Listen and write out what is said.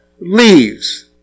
leaves